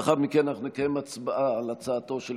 לאחר מכן אנחנו נקיים הצבעה על הצעתו של